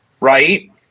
right